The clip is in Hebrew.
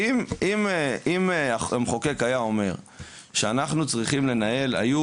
אם המחוקק היה אומר שאנחנו צריכים לנהל היו